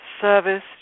service